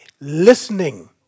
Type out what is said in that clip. listening